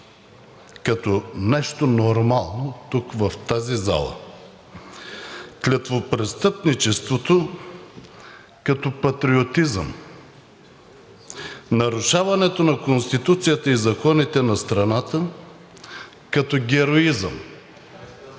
като нещо нормално тук в тази зала, клетвопрестъпничеството като патриотизъм, нарушаването на Конституцията и законите на страната като героизъм,